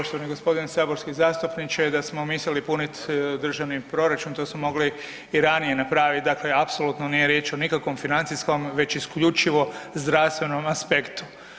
Poštovani g. saborski zastupniče, da smo mislili puniti državni proračun, to smo mogli i ranije napraviti, dakle apsolutno nije riječ o nikakvom financijskom, nego isključivo zdravstvenom aspektu.